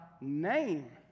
name